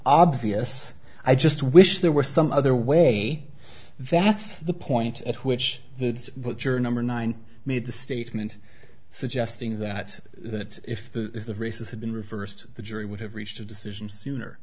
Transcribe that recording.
obvious i just wish there were some other way that's the point at which the butcher number nine made the statement suggesting that that if the races had been reversed the jury would have reached a decision sooner